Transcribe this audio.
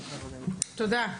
תודה.